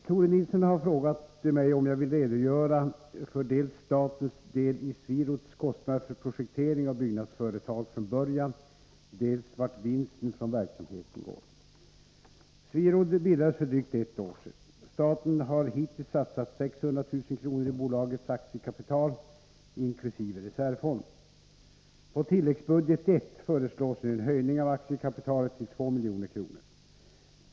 Herr talman! Tore Nilsson har frågat mig om jag vill redogöra för dels statens del i SweRoads kostnader för projekteringar och byggnadsföretag från början, dels vart vinsten från verksamheten går. SweRoad bildades för drygt ett år sedan. Staten har hittills satsat 600 000 kr. i bolagets aktiekapital inkl. reservfond. På tilläggsbudget I föreslås nu en höjning av aktiekapitalet till 2 milj.kr.